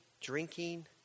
drinking